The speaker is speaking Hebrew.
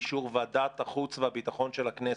באישור ועדת החוץ והביטחון של הכנסת",